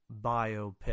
biopic